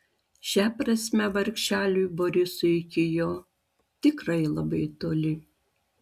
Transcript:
šia prasme vargšeliui borisui iki jo tikrai labai toli